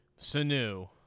Sanu